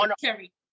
Kerry